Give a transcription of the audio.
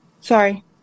sorry